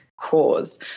cause